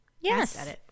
Yes